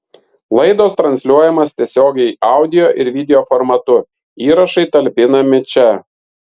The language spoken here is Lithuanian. laidos transliuojamos tiesiogiai audio ir video formatu įrašai talpinami čia